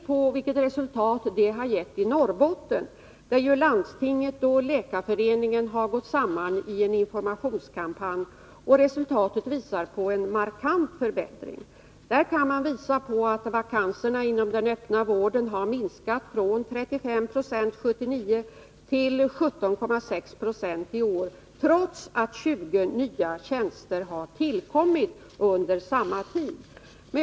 I t.ex. Norrbotten har landstinget och läkarföreningen gått samman i en informationskampanj, och resultatet av den är en markant förbättring. Där kan man visa på att vakanserna inom den öppna vården har minskat från 35 96 1979 till 17,6 Po i år, trots att 20 nya tjänster har tillkommit under samma tidpunkt.